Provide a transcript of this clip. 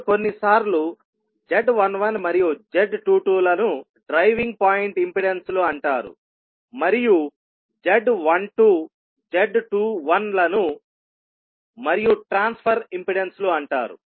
ఇప్పుడు కొన్నిసార్లు z11 మరియు z22ల ను డ్రైవింగ్ పాయింట్ ఇంపెడెన్స్ లు అంటారు మరియు z12z21 ల ను మరియు ట్రాన్స్ఫర్ ఇంపెడెన్స్ లు అంటారు